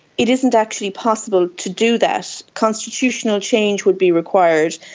it isn't actually possible to do that, constitutional change would be required.